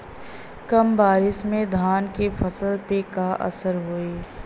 कम बारिश में धान के फसल पे का असर होई?